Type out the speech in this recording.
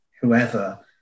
whoever